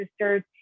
sisters